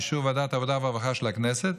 באישור ועדת העבודה והרווחה של הכנסת,